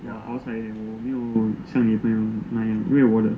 好才我没有想你朋友那样因为我的